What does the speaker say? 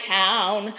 town